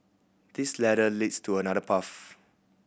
this ladder leads to another path